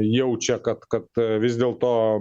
jaučia kad kad vis dėl to